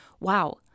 wow